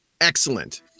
excellent